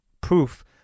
proof